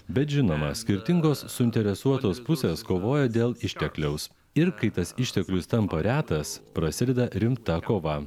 bet žinoma skirtingos suinteresuotos pusės kovoja dėl ištekliaus ir kai tas išteklius tampa retas prasideda rimta kova